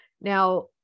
Now